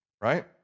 Right